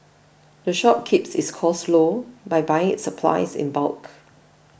the shop keeps its costs low by buying its supplies in bulk